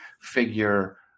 figure